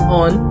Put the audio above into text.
on